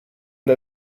der